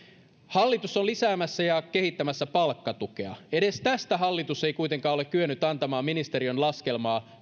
hallitus on lisäämässä ja kehittämässä palkkatukea edes tästä hallitus ei kuitenkaan ole kyennyt antamaan ministeriön laskemaa